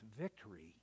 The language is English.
victory